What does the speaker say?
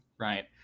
right